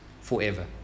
forever